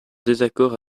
désaccord